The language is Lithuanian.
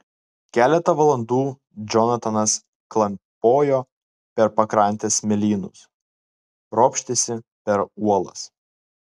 keletą valandų džonatanas klampojo per pakrantės smėlynus ropštėsi per uolas